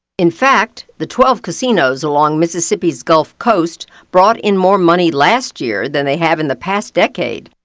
in fact, the twelve casinos along mississippi's gulf coast brought in more money last year than they have in the past decade.